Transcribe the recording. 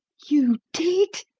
you did?